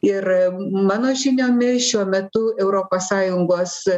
ir mano žiniomis šiuo metu europos sąjungos